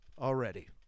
already